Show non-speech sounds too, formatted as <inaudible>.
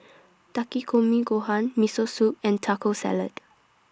<noise> Takikomi Gohan Miso Soup and Taco Salad